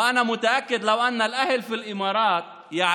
ואני בטוח שאילו האנשים באיחוד האמירויות היו